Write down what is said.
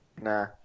Nah